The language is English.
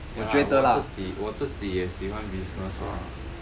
ya 我自己我自己也喜欢 business lah